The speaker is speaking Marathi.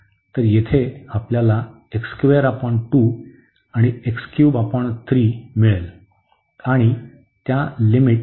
तर येथे आपल्याला आणि मिळेल आणि त्या लिमिट 0 ते 1 होतील